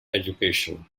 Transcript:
education